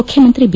ಮುಖ್ಯಮಂತ್ರಿ ಬಿ